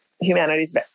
humanity's